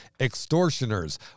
extortioners